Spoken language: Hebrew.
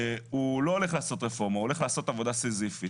הוא לא הולך לעשות רפורמה אלא הוא הולך לעשות עבודה סיזיפית.